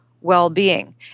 well-being